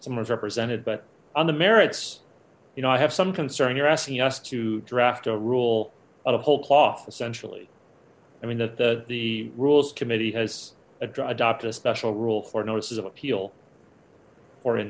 someone's represented but on the merits you know i have some concern you're asking us to draft a rule out of whole cloth essentially i mean that the rules committee has a draw adopt a special rule for notices of appeal or